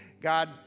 God